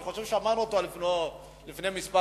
אני חושב ששמענו אותו לפני כמה שבועות,